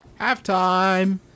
Halftime